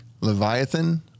Leviathan